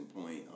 point